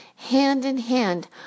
hand-in-hand